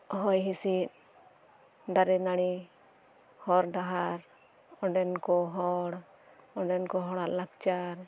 ᱦᱚᱭ ᱦᱤᱥᱤᱫ ᱫᱟᱨᱤ ᱱᱟᱹᱲᱤ ᱦᱚᱨ ᱰᱟᱦᱟᱨ ᱚᱸᱰᱮᱱᱠᱚ ᱦᱚᱲ ᱚᱸᱰᱮᱱᱠᱚ ᱦᱚᱲᱟᱜ ᱞᱟᱠᱪᱟᱨ